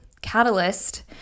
catalyst